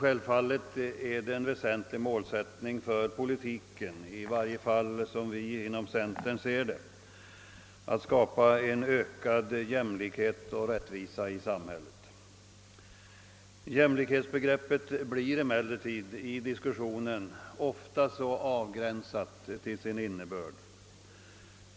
Självfallet är det en väsentlig målsättning för politiken, i varje fall som vi inom centern ser det, att skapa ökad jämlikhet och rättvisa i samhället. Jämlikhetsbegreppet blir emellertid i diskussionen ofta så avgränsat till sin innebörd.